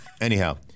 anyhow –